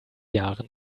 jahren